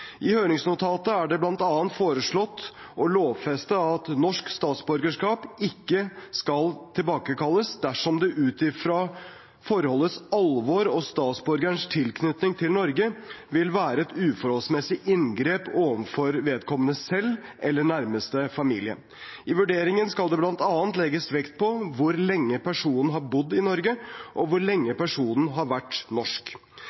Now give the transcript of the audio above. ikke skal tilbakekalles dersom det ut fra forholdets alvor og statsborgerens tilknytning til Norge vil være et uforholdsmessig inngrep overfor vedkommende selv eller nærmeste familie. I vurderingen skal det bl.a. legges vekt på hvor lenge personen har bodd i Norge, og hvor lenge personen har vært norsk.